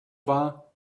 war